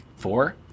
Four